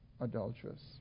adulterous